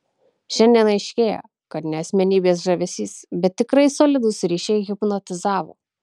šiandien aiškėja kad ne asmenybės žavesys bet tikrai solidūs ryšiai hipnotizavo